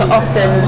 often